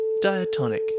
diatonic